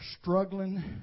struggling